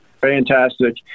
fantastic